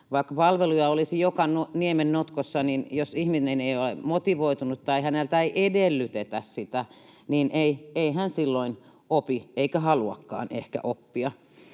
Vaikka palveluja olisi joka niemennotkossa, niin jos ihminen ei ole motivoitunut tai häneltä ei edellytetä sitä, ei hän silloin opi eikä ehkä haluakaan oppia.